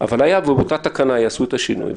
אבל היה ובאותה תקנה יעשו את השינוי,